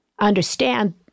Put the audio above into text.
understand